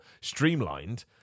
streamlined